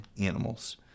animals